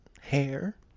hair